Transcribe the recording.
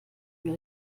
über